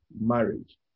marriage